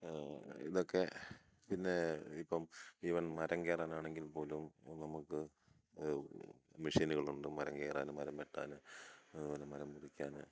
ഇതൊക്കെ പിന്നെ ഇപ്പം ഈവൻ മരം കയറാനാണെങ്കിൽപ്പോലും നമുക്ക് മെഷീനുകളുണ്ട് മരം കയറാൻ മരം വെട്ടാൻ അതുപോലെ മരം മുറിക്കാൻ